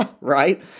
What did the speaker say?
right